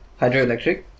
hydroelectric